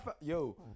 Yo